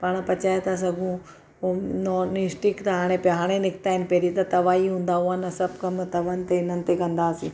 पाण पचाए था सघूं ऐं नॉन स्टिक त हाणे पिया हाणे निकिता आहिनि पहिरीं त तवा ई हूंदा हुआ न सभु कम तवनि ते हिननि ते कंदासीं